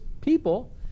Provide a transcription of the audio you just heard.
people